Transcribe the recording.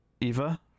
Eva